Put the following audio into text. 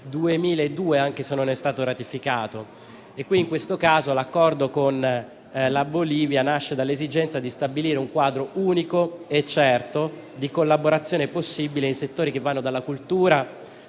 Roma, anche se non è stato ratificato. In questo caso, l'Accordo con la Bolivia nasce dall'esigenza di stabilire un quadro unico e certo di collaborazione possibile in settori che vanno dalla cultura,